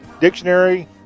Dictionary